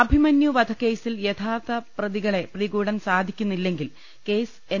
അഭിമന്യു വധക്കേസിൽ യഥാർത്ഥ പ്രതികളെ പിടികൂടാൻ സാധി ക്കുന്നില്ലെങ്കിൽ കേസ് എൻ